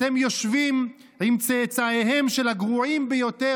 אתם יושבים עם צאצאיהם של הגרועים ביותר